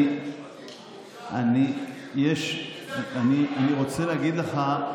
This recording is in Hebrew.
אני רוצה להגיד לך,